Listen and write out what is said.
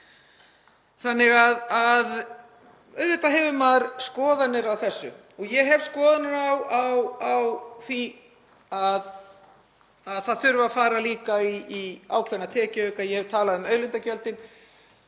fjölgað. Auðvitað hefur maður skoðanir á þessu. Ég hef skoðanir á því að það þurfi að fara líka í ákveðna tekjuauka. Ég hef talað um auðlindagjöldin.